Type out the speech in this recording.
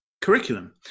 curriculum